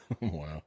Wow